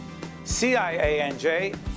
CIANJ